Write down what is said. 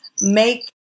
make